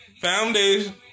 foundation